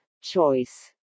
choice